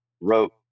wrote